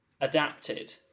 adapted